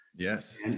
Yes